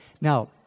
Now